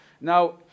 Now